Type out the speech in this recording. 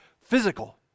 physical